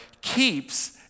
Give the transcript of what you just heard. keeps